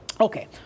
Okay